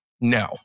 no